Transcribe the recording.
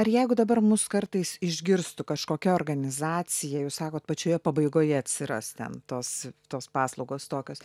ar jeigu dabar mus kartais išgirstų kažkokia organizacija jūs sakot pačioje pabaigoje atsiras ten tos tos paslaugos tokios